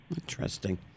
Interesting